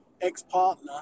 ex-partner